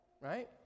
right